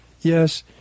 Yes